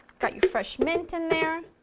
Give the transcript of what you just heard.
got your fresh mint in there,